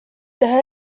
teha